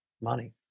money